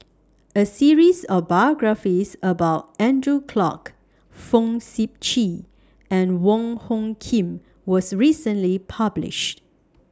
A series of biographies about Andrew Clarke Fong Sip Chee and Wong Hung Khim was recently published